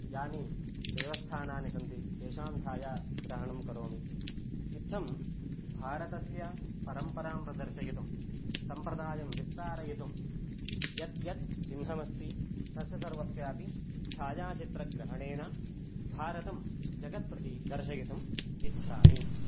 यानि देवस्थानानि सन्ति तेषां छायाग्रहणं करोमि इत्थं भारतस्य परम्परां प्रदर्शयितुं सम्प्रदायं विस्तारयितुं यत् यत् चिह्नमस्ति तस्य सर्वस्यापि छायाचित्रग्रहणेन भारतं जगत् प्रति दर्शयितुम् इच्छामि